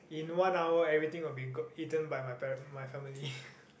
in one hour everything will be go~ eaten by my pa~ my family